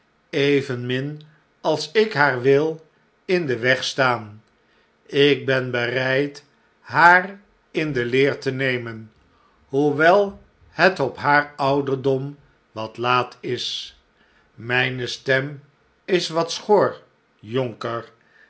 evenmin als ik haar wil in den weg staan ik ben bereid haar in de leer te nemen hoewel het op haar ouderdom wat laat is mijne stem is wat schor jonker